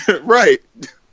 Right